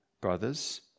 brothers